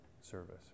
service